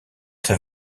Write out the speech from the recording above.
très